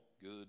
good